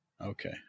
Okay